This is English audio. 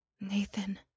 Nathan